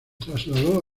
trasladó